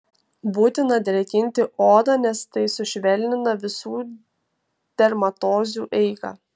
būtina drėkinti odą nes tai sušvelnina visų dermatozių eigą